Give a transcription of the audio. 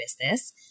business